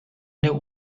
der